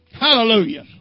Hallelujah